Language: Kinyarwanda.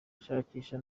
ashakisha